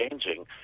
changing